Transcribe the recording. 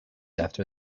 after